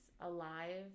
alive